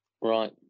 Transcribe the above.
Right